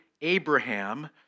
Abraham